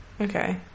okay